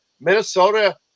Minnesota